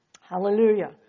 Hallelujah